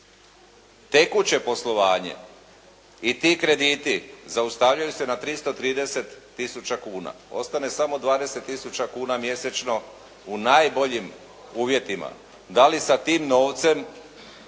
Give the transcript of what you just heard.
Tekuće poslovanje i ti krediti zaustavljaju se na 330000 kuna. Ostane samo 20000 kuna mjesečno u najboljim uvjetima. Da li sa tim novcem